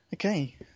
Okay